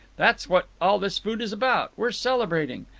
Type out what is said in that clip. that's what all this food is about. we're celebrating.